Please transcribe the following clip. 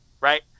right